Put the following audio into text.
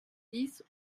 dix